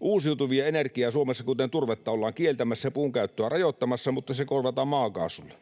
Uusiutuvaa energiaa Suomessa, kuten turvetta, ollaan kieltämässä ja puun käyttöä rajoittamassa, mutta se korvataan maakaasulla.